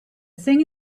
thing